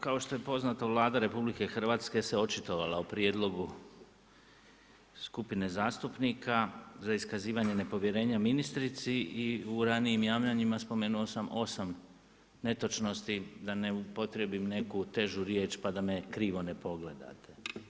Kao što je poznato Vlada RH se očitavalo u prijedlogu skupine zastupnike za iskazivanje nepovjerenja ministrici i u ranijim javljanjima spomenuo sam 8 netočnosti, da ne upotrijebim neku težu riječ pa da me krivo ne pogledate.